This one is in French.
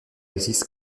existe